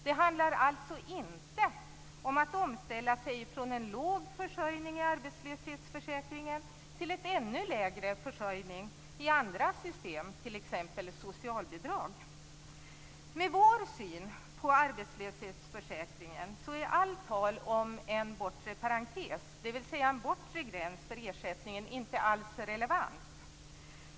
Det handlar alltså inte om att omställa sig från en låg försörjning i arbetslöshetsförsäkringen till en ännu lägre försörjning i andra system, t.ex. socialbidrag. Med vår syn på arbetslöshetsförsäkringen är allt tal om en bortre parentes, dvs. en bortre gräns för ersättningen, inte alls relevant.